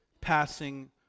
passing